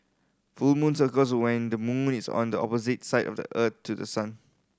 full moons occurs when the moon is on the opposite side of Earth to the sun